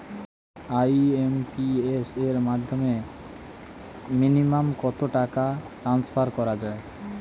IMPS এর মাধ্যমে minimum কত টাকা ট্রান্সফার করা যায়?